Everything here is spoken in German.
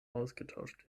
ausgetauscht